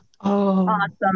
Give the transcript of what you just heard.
Awesome